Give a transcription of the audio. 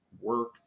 work